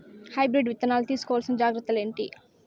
Hybrid విత్తనాలు తీసుకోవాల్సిన జాగ్రత్తలు ఏంటి?